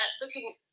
looking